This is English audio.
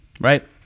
right